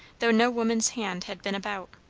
though no woman's hand had been about.